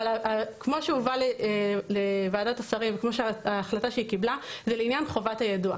אבל ההחלטה שוועדת השרים קיבלה היא לעניין חובת היידוע.